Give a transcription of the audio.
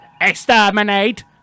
exterminate